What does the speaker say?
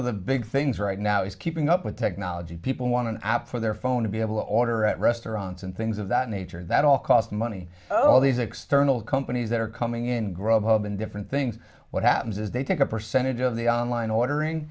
of the big things right now is keeping up with technology people want an app for their phone to be able to order at restaurants and things of that nature that all cost money all these external companies that are coming in grub and different things what happens is they take a percentage of the online ordering